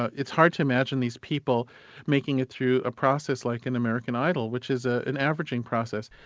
ah it's hard to imagine these people making it through a process like in american idol, which is ah an averaging process.